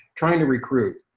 trying to recruit.